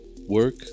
work